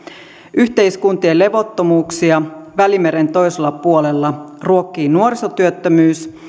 yhteiskuntien levottomuuksia välimeren toisella puolella ruokkivat nuorisotyöttömyys